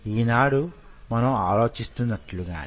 ఈనాడు మనం ఆలోచిస్తున్నట్లుగానే